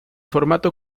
formato